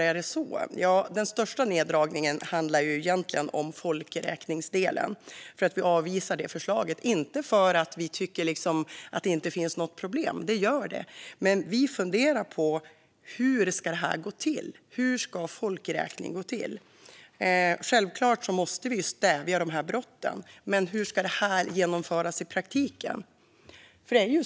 kan man undra. Den största neddragningen handlar egentligen om folkräkningsdelen. Vi avvisar det förslaget - inte för att vi tycker att det inte finns något problem, för det gör det, men vi funderar på hur en folkräkning ska gå till. Självklart måste vi stävja de här brotten, men hur ska det genomföras i praktiken?